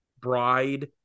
bride